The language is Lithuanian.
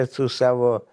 esu savo